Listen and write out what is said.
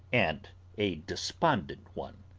and a despondent one.